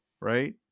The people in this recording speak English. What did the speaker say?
right